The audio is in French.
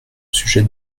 sujet